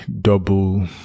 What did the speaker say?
double